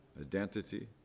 identity